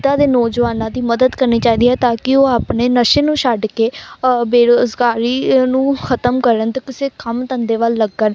ਇੱਦਾਂ ਦੇ ਨੌਜਵਾਨਾਂ ਦੀ ਮਦਦ ਕਰਨੀ ਚਾਹੀਦੀ ਹੈ ਤਾਂ ਕਿ ਉਹ ਆਪਣੇ ਨਸ਼ੇ ਨੂੰ ਛੱਡ ਕੇ ਬੇਰੋਜ਼ਗਾਰੀ ਨੂੰ ਖ਼ਤਮ ਕਰਨ ਅਤੇ ਕਿਸੇ ਕੰਮ ਧੰਦੇ ਵੱਲ ਲੱਗਣ